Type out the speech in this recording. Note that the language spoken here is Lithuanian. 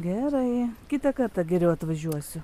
gerai kitą kartą geriau atvažiuosiu